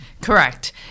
Correct